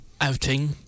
outing